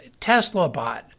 TeslaBot